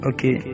Okay